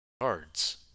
cards